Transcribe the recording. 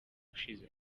ushize